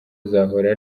azahora